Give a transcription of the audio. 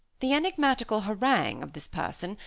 the enigmatical harangue of this person,